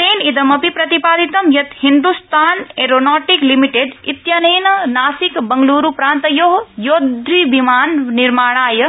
तेन इदमपि प्रतिपादितं यत् हिन्द्रस्तान ऐरोनॉटिक्स लिमिटेड इत्यनेन नासिक बंगलूरुप्रान्तयोः योद्धविमान निर्माणाय